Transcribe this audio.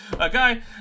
Okay